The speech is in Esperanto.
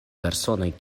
personoj